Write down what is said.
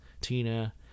Tina